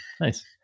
Nice